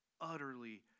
utterly